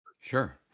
Sure